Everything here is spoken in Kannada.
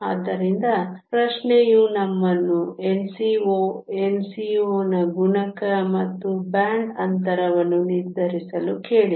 ಆದ್ದರಿಂದ ಪ್ರಶ್ನೆಯು ನಮ್ಮನ್ನು Nco Nco ನ ಗುಣಕ ಮತ್ತು ಬ್ಯಾಂಡ್ ಅಂತರವನ್ನು ನಿರ್ಧರಿಸಲು ಕೇಳಿದೆ